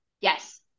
Yes